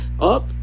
up